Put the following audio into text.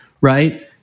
Right